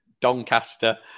Doncaster